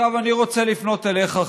עכשיו אני רוצה לפנות אליך,